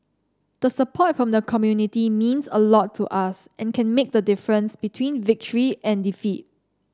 the support from the community means a lot to us and can make the difference between victory and defeat